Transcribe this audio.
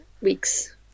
Weeks